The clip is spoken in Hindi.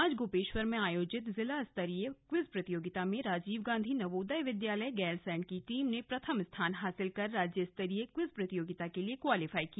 आज गोपेश्वर में आयोजित जनपदस्तरीय क्वीज प्रतियोगिता में राजीव गांधी नवोदय विद्यालय गैरसैंण की टीम ने प्रथम स्थान हासिल कर राज्यस्तरीय क्वीज प्रतियोगिता के लिए क्वालीफाई किया